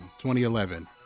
2011